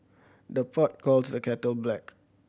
the pot calls the kettle black